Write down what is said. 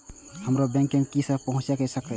हमरो बैंक में की समय पहुँचे के छै?